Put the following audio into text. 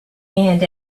and